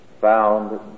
found